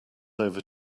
over